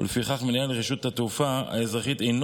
ולפיכך מנהל רשות התעופה האזרחית אינו